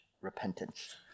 repentance